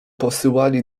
posyłali